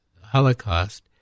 Holocaust